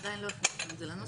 עדיין לא הכנסנו את זה לנוסח,